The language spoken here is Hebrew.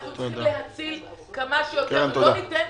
אנחנו צריכים להציל כמה שיותר ולא ניתן